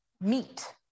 meat